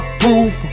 proof